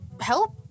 help